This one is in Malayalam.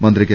മന്ത്രി കെ